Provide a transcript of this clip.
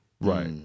Right